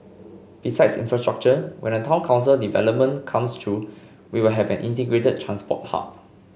besides infrastructure when the town council development comes through we will have an integrated transport hub